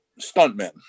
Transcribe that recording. stuntmen